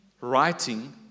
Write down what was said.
writing